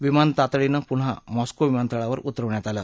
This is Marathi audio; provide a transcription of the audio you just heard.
विमान तातडीनं पुन्हा मास्को विमानतळावर उतरवण्यात आलं